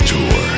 Tour